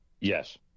yes